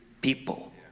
people